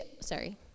sorry